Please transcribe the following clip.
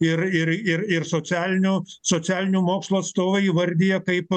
ir ir ir ir socialinių socialinių mokslų atstovai įvardija kaip